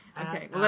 Okay